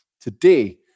Today